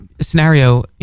scenario